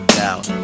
doubt